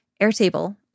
Airtable